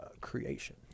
creation